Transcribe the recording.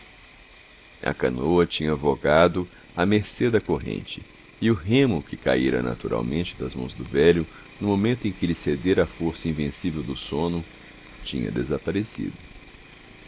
a canoa tinha vogado à mercê da corrente e o remo que caira naturalmente das mãos do velho no momento em que ele cedera à força invencível do sono tinha desaparecido